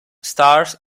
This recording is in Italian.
stars